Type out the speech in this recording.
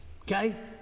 Okay